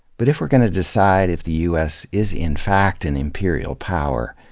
but if we're going to decide if the u s. is in fact an imperial power,